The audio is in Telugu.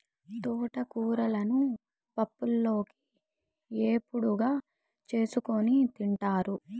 తోటకూరను పప్పులోకి, ఏపుడుగా చేసుకోని తింటారు